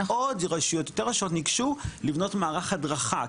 יותר רשויות ניגשו לבנות מערך הדרכה,